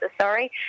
sorry